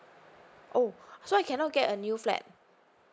oh so I cannot get a new flat